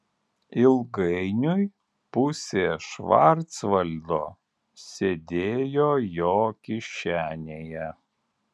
ilgainiui pusė švarcvaldo sėdėjo jo kišenėje